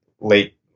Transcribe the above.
late